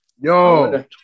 Yo